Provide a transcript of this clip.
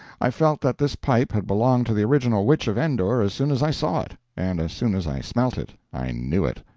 i felt that this pipe had belonged to the original witch of endor as soon as i saw it and as soon as i smelt it, i knew it.